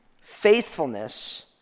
faithfulness